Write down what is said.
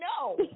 no